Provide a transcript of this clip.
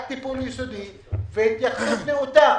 רק בעזרת טיפול יסודי והתייחסות נאותה